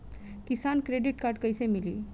किसान credit card कइसे मिली?